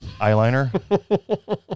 eyeliner